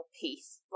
piece